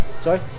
Sorry